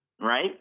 right